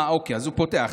אז הוא פותח,